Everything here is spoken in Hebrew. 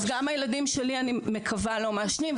וגם הילדים שלי אני מקווה שהם לא מעשנים,